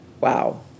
Wow